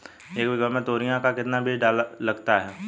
एक बीघा में तोरियां का कितना बीज लगता है?